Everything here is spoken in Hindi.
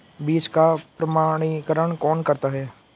बीज का प्रमाणीकरण कौन करता है?